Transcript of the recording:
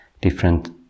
different